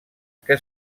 que